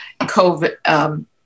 COVID